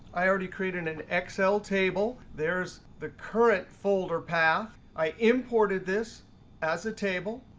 i already created an excel table. there's the current folder path. i imported this as a table.